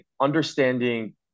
understanding